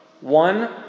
one